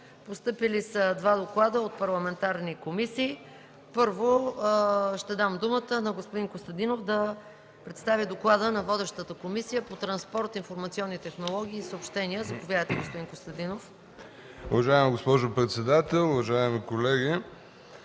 Постъпили са два доклада от парламентарни комисии. Първо ще дам думата на господин Костадинов да представи доклада на водещата комисия – по транспорт, информационни технологии и съобщения. Заповядайте, господин Костадинов. ДОКЛАДЧИК КАМЕН КОСТАДИНОВ: Уважаема госпожо председател, уважаеми колеги!